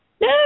no